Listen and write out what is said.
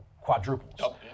quadruples